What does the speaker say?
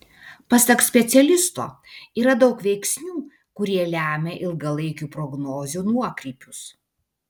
pasak specialisto yra daug veiksnių kurie lemia ilgalaikių prognozių nuokrypius